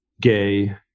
gay